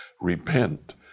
Repent